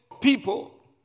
people